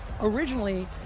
originally